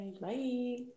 Bye